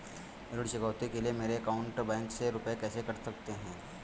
ऋण चुकौती के लिए मेरे बैंक अकाउंट में से रुपए कैसे कट सकते हैं?